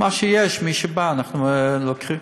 מה שיש, מי שבא, אנחנו לוקחים.